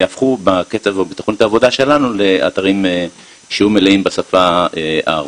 יהפכו בתכנית העבודה שלנו לאתרים שיהיו מלאים בשפה הערבית.